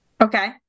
Okay